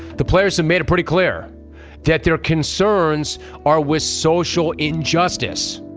the players have made it pretty clear that their concerns are with social injustice.